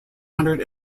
hundred